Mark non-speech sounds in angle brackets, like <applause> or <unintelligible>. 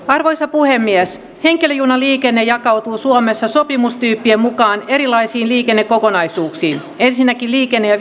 <unintelligible> arvoisa puhemies henkilöjunaliikenne jakautuu suomessa sopimustyyppien mukaan erilaisiin liikennekokonaisuuksiin ensinnäkin liikenne ja <unintelligible>